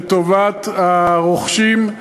לטובת הרוכשים.